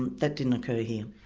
and that didn't occur here.